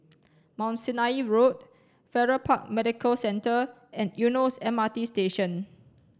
Mount Sinai Road Farrer Park Medical Centre and Eunos M R T Station